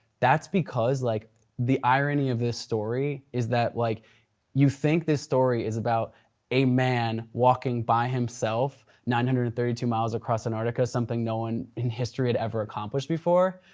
that's because like the irony of this story is that like you think this story is about a man walking by himself nine hundred and thirty two miles across antarctica, something no one in history had ever accomplished before,